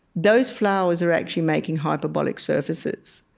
those flowers are actually making hyperbolic surfaces.